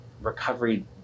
recovery